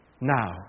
now